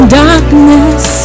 darkness